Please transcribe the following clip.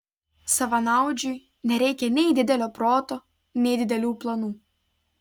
savanaudžiui nereikia nei didelio proto nei didelių planų